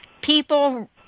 people